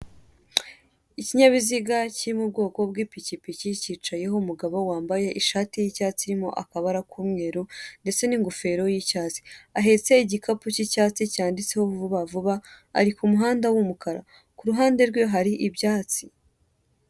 Ikinyabiziga kiri mu bwoko bw'ipikipiki kicayeho umugabo wambaye ishati y'icyatsi irimo akabara k'umweru ndetse n'ingofero y'icyatsi, ahatse igikapu k'icyatsi cyanditseho vubavuba ari ku muhanda, ku ruhande rwe hari ibyatsi.